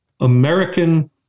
American